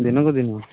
ଦିନକୁ ଦିନ